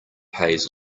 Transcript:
pays